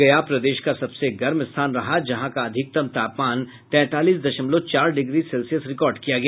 गया प्रदेश का सबसे गर्म स्थान रहा जहां का अधिकतम तापमान तैंतालीस दशमलव चार डिग्री सेल्सियस रिकॉर्ड किया गया